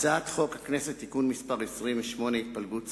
הצעת חוק הכנסת (תיקון מס' 28) (התפלגות סיעה)